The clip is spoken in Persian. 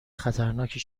خطرناکی